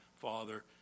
Father